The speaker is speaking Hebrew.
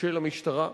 של המשטרה.